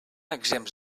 exempts